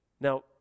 Now